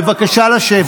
בבקשה לשבת.